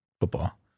football